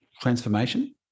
transformation